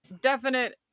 definite